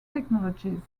technologies